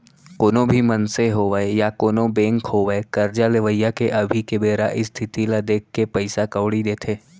कोनो भी मनसे होवय या कोनों बेंक होवय करजा लेवइया के अभी के बेरा इस्थिति ल देखके पइसा कउड़ी देथे